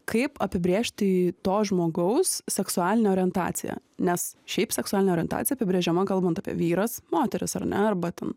kaip apibrėžti to žmogaus seksualinę orientaciją nes šiaip seksualinė orientacija apibrėžiama kalbant apie vyras moteris ar ne arba ten